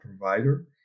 provider